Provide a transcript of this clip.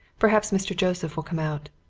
perhaps mr. joseph will come out.